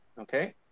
Okay